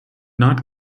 not